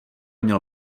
měl